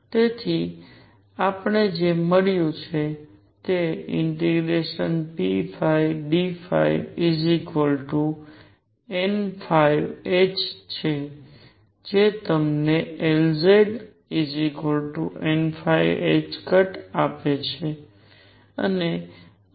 તેથી આપણને જે મળ્યું છે તે ∫pdϕnh છે તે તમને Lzn આપે છે